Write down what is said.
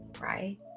right